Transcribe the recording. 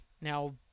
now